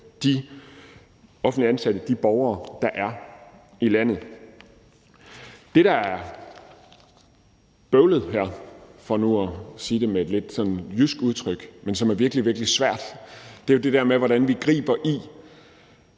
de offentligt ansatte, de borgere, der er i landet. Det, der er bøvlet her, for nu at bruge et lidt jysk udtryk, og som er virkelig, virkelig svært, er jo det der med, hvordan vi griber